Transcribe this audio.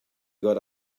got